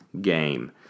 game